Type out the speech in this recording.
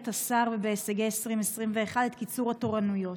השר ובהישגי 2021 את קיצור התורנויות.